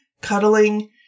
cuddling